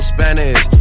Spanish